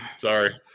Sorry